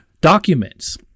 documents